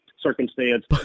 circumstance